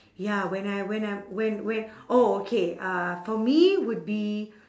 ya when I when I when when oh okay uh for me would be